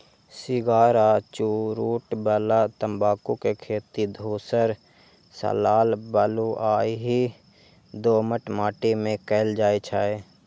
cigar आ चुरूट बला तंबाकू के खेती धूसर सं लाल बलुआही दोमट माटि मे कैल जाइ छै